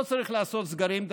לא צריך לעשות סגרים.